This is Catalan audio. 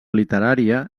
literària